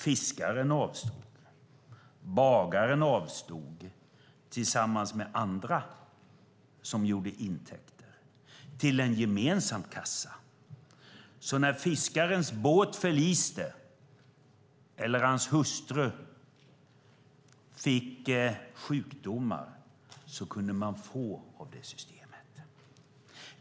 Fiskaren och bagaren avstod tillsammans med andra som gjorde intäkter till en gemensam kassa, så när fiskarens båt förliste eller hans hustru fick sjukdomar kunde han få av det systemet.